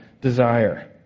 desire